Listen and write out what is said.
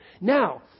Now